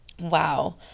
Wow